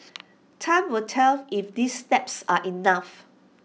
time will tell if these steps are enough